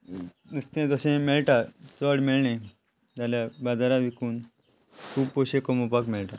नुस्तें जशें मेळटा चड मेळ्ळें जाल्यार बाजारांत विकून खूब पयशे कमोवपाक मेळटा